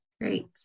Great